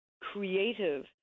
creative